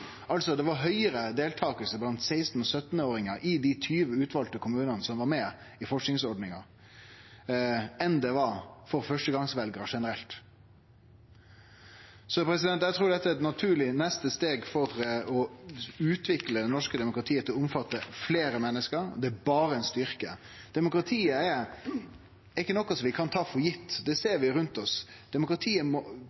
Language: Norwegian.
dei 20 utvalde kommunane som var med i forsøksordninga, enn det var blant førstegongsveljarar generelt. Eg trur dette er eit naturleg neste steg for å utvikle det norske demokratiet til å omfatte fleire menneske – dette er berre ein styrke. Demokratiet er ikkje noko vi kan ta for gitt. Det